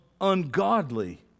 ungodly